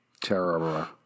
Terror